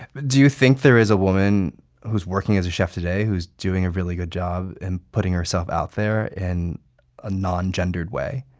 do you think there is a woman who's working as a chef today who's doing a really good job in putting herself out there in a non-gendered way?